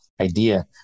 idea